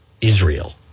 Israel